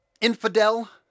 infidel